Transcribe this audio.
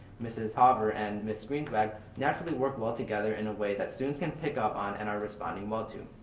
mrs. hover and miss greenswag, naturally work well together in a way that students can pick up on and are responding well to.